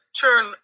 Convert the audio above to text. turn